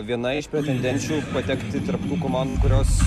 viena iš pretendenčių patekti tarp tų komandų kurios